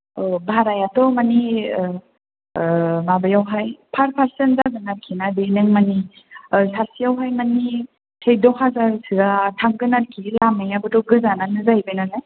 औ भारायाथ' मानि माबायावहाय पार पार्सन जागोन आरोखि ना बे नों माने सासेयावहाय माने सैद' हाजारसोआ थांगोन आरोखि लामायाबोथ' गोजानानो जाहैबाय नालाय